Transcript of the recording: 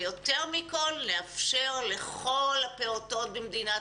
ויותר מכל נאפשר לכל הפעוטות במדינת